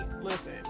listen